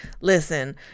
listen